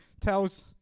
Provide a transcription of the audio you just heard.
tells